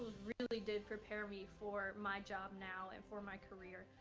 really did prepare me for my job now and for my career,